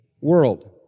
world